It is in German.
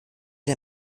der